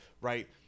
right